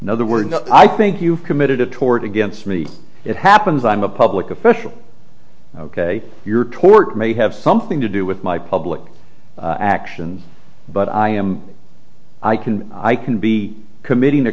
in other words i think you committed a tort against me it happens i'm a public official ok you're tort may have something to do with my public actions but i am i can i can be committing